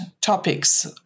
topics